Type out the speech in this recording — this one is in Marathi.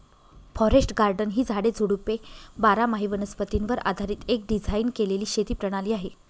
फॉरेस्ट गार्डन ही झाडे, झुडपे बारामाही वनस्पतीवर आधारीत एक डिझाइन केलेली शेती प्रणाली आहे